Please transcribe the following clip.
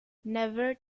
never